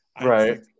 Right